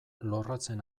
lorratzen